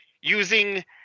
using